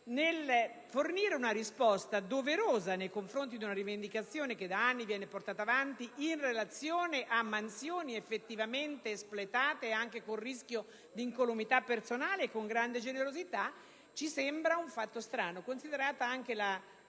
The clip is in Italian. nel fornire una risposta doverosa nei confronti di una rivendicazione che da anni viene portata avanti in relazione a mansioni effettivamente espletate, anche con il rischio di incolumità personale e con grande generosità, ci sembra un fatto strano, considerata anche la